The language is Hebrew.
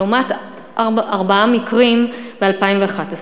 לעומת ארבעה מקרים ב-2011.